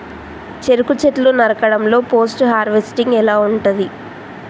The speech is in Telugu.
చెరుకు చెట్లు నరకడం లో పోస్ట్ హార్వెస్టింగ్ ఎలా ఉంటది?